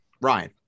Ryan